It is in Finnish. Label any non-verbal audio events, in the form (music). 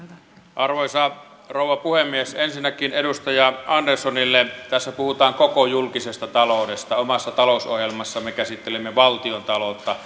arvoisa rouva puhemies ensinnäkin edustaja anderssonille tässä puhutaan koko julkisesta taloudesta omassa talousohjelmassamme me käsittelimme valtiontaloutta (unintelligible)